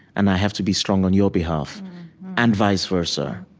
and i have to be strong on your behalf and vice versa